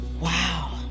wow